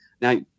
Now